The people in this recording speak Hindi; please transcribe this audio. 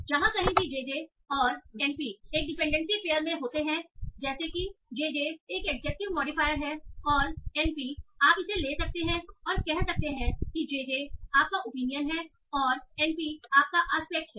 जहाँ कहीं भी जे जे और एन पी एक डिपेंडेंसी पेयर में होते हैं जैसे कि जेजे एक एडजेक्टिव मोडीफायर् है और एन पी आप इसे ले सकते हैं और कह सकते हैं कि जेजे आपका ओपिनियन है और एन पी आपका अस्पेक्ट है